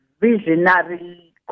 visionary